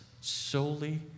solely